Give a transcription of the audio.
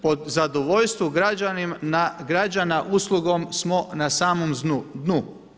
Po zadovoljstvu građana uslugom smo na samom dnu.